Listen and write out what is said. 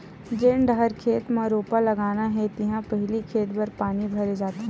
जेन डहर खेत म रोपा लगाना हे तिहा पहिली खेत भर पानी भरे जाथे